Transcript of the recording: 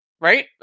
right